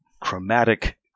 chromatic